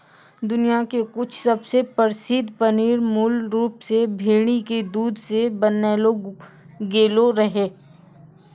दुनिया के कुछु सबसे प्रसिद्ध पनीर मूल रूप से भेड़ी के दूध से बनैलो गेलो रहै